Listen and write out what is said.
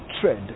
trade